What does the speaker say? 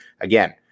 Again